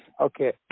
Okay